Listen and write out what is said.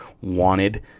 wanted